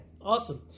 Awesome